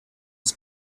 his